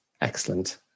Excellent